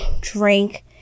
drink